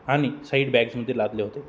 आणि साईड बॅग्समध्ये लादले होते